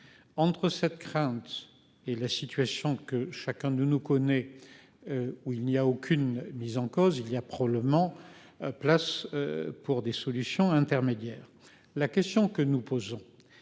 Entre cette crainte. Et la situation que chacun de nous connaît. Où il n'y a aucune mise en cause il y a probablement place. Pour des solutions intermédiaires. La question que nous posons.